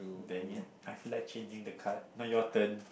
dang it I feel like changing the card now your turn